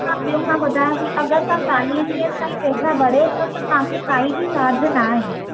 हा ॿियो मां ॿुधायांव थी अगरि तव्हां चालीहनि ॾींहंनि ताईं पैसा भरियो था त तव्हां खे काई बि चार्ज न आहे